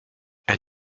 and